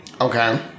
Okay